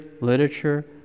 literature